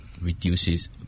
reduces